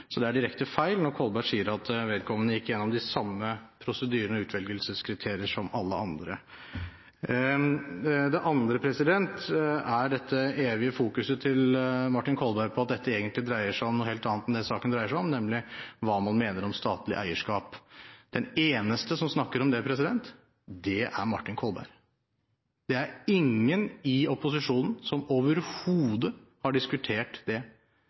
Så det er direkte feil når Kolberg sier at vedkommende gikk gjennom de samme prosedyrene og utvelgelseskriterier som alle andre. Det andre er dette evige fokuset til Martin Kolberg på at dette egentlig dreier seg om noe helt annet enn det saken dreier seg om, nemlig hva man mener om statlig eierskap. Den eneste som snakker om det, er Martin Kolberg. Det er ingen i opposisjonen som overhodet har diskutert det.